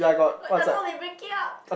but I thought they break it up